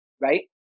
right